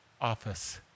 office